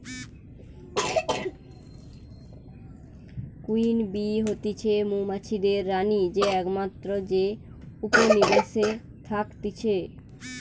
queen bee হতিছে মৌমাছিদের রানী যে একমাত্র যে উপনিবেশে থাকতিছে